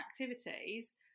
activities